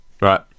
right